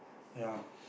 ya